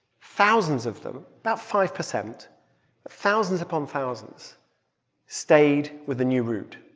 thousands of them about five percent thousands upon thousands stayed with the new route.